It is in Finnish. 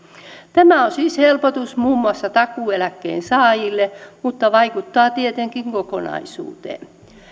tämä on siis helpotus muun muassa takuueläkkeen saajille mutta vaikuttaa tietenkin kokonaisuuteen